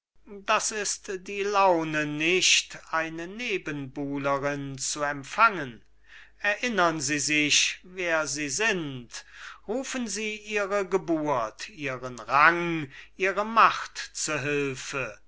milady das ist die laune nicht eine nebenbuhlerin zu empfangen erinnern sie sich wer sie sind rufen sie ihre geburt ihren rang ihre macht zu hilfe